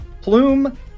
Plume